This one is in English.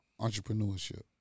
entrepreneurship